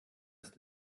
ist